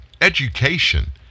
Education